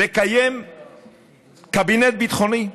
לקיים קבינט ביטחוני,